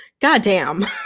goddamn